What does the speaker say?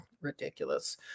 Ridiculous